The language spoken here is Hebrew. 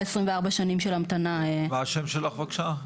24 שנים של המתנה --- מה השם שלך בבקשה?